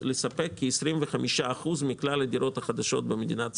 לספק כ-25% מכלל הדירות החדשות במדינת ישראל.